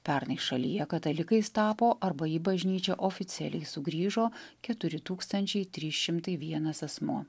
pernai šalyje katalikais tapo arba į bažnyčią oficialiai sugrįžo keturi tūkstančiai trys šimtai vienas asmuo